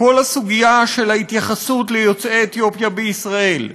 כל הסוגיה של ההתייחסות ליוצאי אתיופיה בישראל,